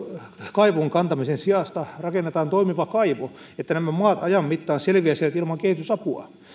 kaivoon kantamisen sijasta rakennetaan toimiva kaivo että nämä maat ajan mittaan selviäisivät ilman kehitysapua